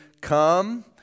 come